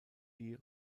die